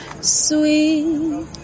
Sweet